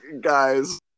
Guys